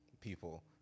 people